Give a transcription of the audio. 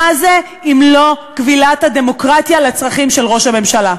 מה זה אם לא כבילת הדמוקרטיה לצרכים של ראש הממשלה?